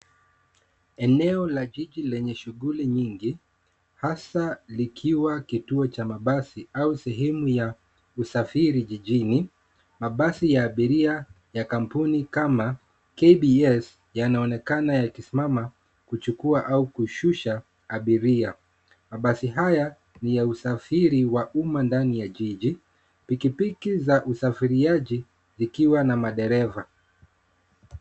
Eneo la jiji lenye shughuli nyingi, hasa likiwa kituo cha mabasi au sehemu ya usafiri jijini. Mabasi ya abiria ya kampuni kama. KBS, yanaonekana yakisimama kuchukua au kushusha abiria. Mabasi haya ni ya usafiri wa umma ndani ya jiji. Pikipiki za usafiriaji zikiwa na madereva.